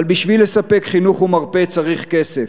אבל בשביל לספק חינוך ומרפא צריך כסף,